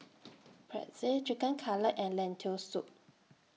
Pretzel Chicken Cutlet and Lentil Soup